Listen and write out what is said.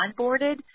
onboarded